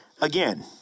Again